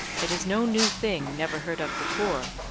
it is no new thing never heard of before,